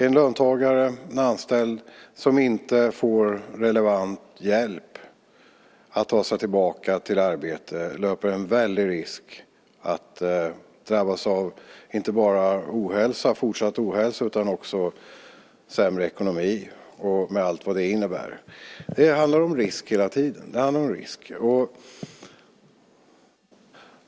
En löntagare, en anställd, som inte får relevant hjälp att ta sig tillbaka till arbete löper en risk att drabbas inte bara av fortsatt ohälsa utan också av sämre ekonomi - med allt vad det innebär. Det handlar hela tiden om risk.